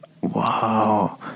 Wow